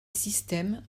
system